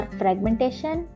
fragmentation